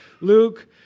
Luke